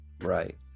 Right